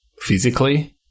physically